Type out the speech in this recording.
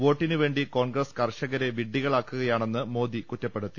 വോട്ടിന് വേണ്ടി കോൺഗ്രസ് കർഷകരെ വിഡ്ഢികളാക്കുകയാണെന്ന് മോദി കുറ്റപ്പെടുത്തി